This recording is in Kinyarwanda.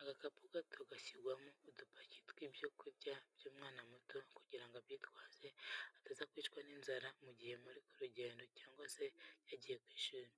Agakapu gato gashyirwa udupaki tw'ibyo kurya by'umwana muto kugira ngo abyitwaze ataza kwicwa n'inzara mu gihe muri ku rugendo cyangwa se yagiye ku ishuri,